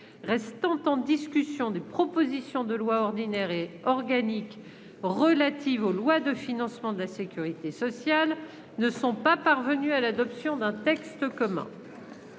restant en discussion des propositions de loi ordinaire et organique relatives aux lois de financement de la sécurité sociale ne sont pas parvenues à l'adoption d'un texte commun.